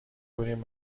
بودیم